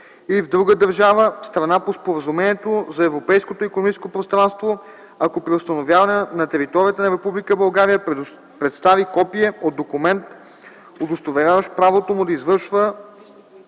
в друга държава – страна по Споразумението за Европейското икономическо пространство, ако при установяване на територията на Република България представи копие от документ, удостоверяващ правото му да извършва